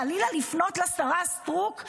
חלילה לפנות לשרה סטרוק,